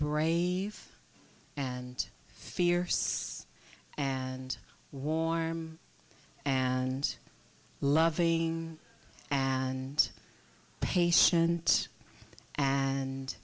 brave and fierce and warm and loving and patient and